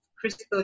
crystal